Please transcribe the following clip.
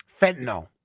fentanyl